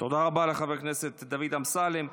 תודה רבה לחבר הכנסת דוד אמסלם.